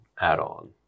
add-on